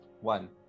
one